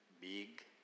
big